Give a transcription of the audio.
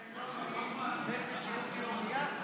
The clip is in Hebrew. ההמנון בלי "נפש יהודי הומייה"?